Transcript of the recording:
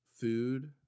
food